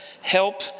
help